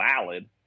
valid